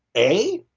a,